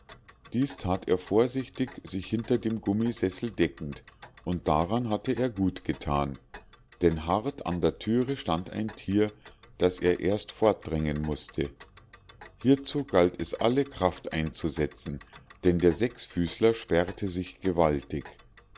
dies tat er vorsichtig sich hinter dem gummisessel deckend und daran hatte er gut getan denn hart an der türe stand ein tier das er erst fortdrängen mußte hiezu galt es alle kraft einsetzen denn der sechsfüßler sperrte sich gewaltig